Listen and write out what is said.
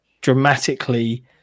dramatically